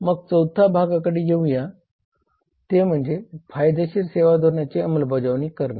मग 4 थ्या भागाकडे येऊया ते म्हणजे फायदेशीर सेवा धोरणांची अंमलबजावणी करणे